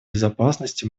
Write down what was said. безопасности